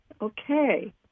Okay